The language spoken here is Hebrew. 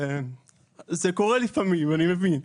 זה קורה לפעמים, אני מבין.